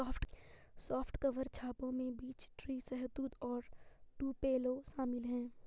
soft cover छापों में beech tree, शहतूत और टुपेलो शामिल है